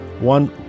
one